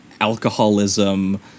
alcoholism